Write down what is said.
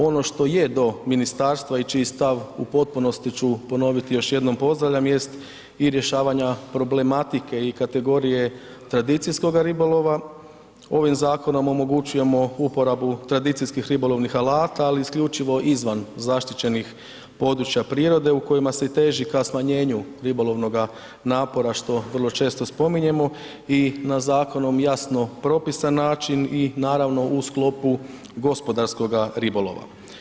Ono što je do ministarstva i čiji stav u potpunosti ću ponoviti još jednom pozdravljam jest i rješavanja problematike i kategorije tradicijskoga ribolova, ovim zakonom omogućujemo uporabi tradicijskih ribolovnih alata ali isključivo izvan zaštićenih područja prirode u kojima se i teži ka smanjenju ribolovnoga napora što vrlo često spominjemo i na zakonom jasno propisan način i naravno u sklopu gospodarskoga ribolova.